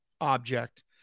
object